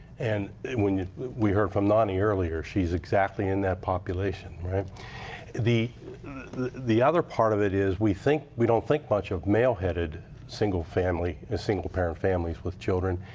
and we we heard from nani earlier, she's exactly in that population. the the other part of it is we think we don't think much of male headed single family, ah single parent families with children.